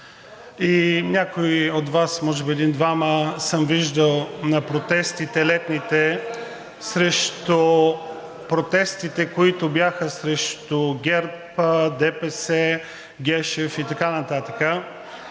и някои от Вас, може би един-двама съм виждал на протестите, летните, протестите, които бяха срещу ГЕРБ, ДПС, Гешев и така нататък,